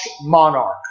monarch